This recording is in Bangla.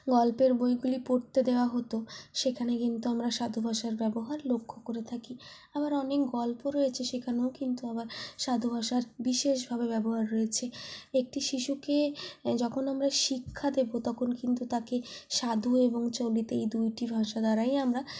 গল্পের বইগুলি পড়তে দেওয়া হতো সেখানে কিন্তু আমরা সাধুভাষার ব্যবহার লক্ষ করে থাকি আবার অনেক গল্প রয়েছে সেখানেও কিন্তু আবার সাধুভাষার বিশেষভাবে ব্যবহার রয়েছে একটি শিশুকে যখন আমরা শিক্ষা দেব তখন কিন্তু তাকে সাধু এবং চলিত এই দুইটি ভাষা দ্বারাই আমরা